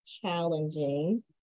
challenging